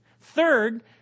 Third